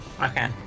Okay